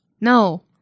no